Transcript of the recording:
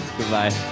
Goodbye